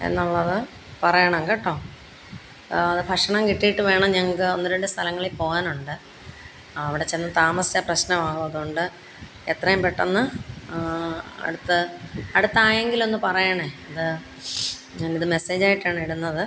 എന്നുള്ളത് പറയണം കേട്ടോ അത് ഭക്ഷണം കിട്ടിയിട്ട് വേണം ഞങ്ങള്ക്ക് ഒന്ന് രണ്ട് സ്ഥലങ്ങളി പോവാനുണ്ട് ആ അവിടെ ചെന്ന് താമസിച്ചാല് പ്രശ്നമാവും അതുകൊണ്ട് എത്രയും പെട്ടെന്ന് അടുത്ത അടുത്തായെങ്കിലൊന്ന് പറയണേ ഇത് ഞാനിത് മെസ്സേജായിട്ടാണിടുന്നത്